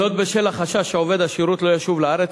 זאת בשל החשש שעובד השירות לא ישוב לארץ